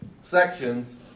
sections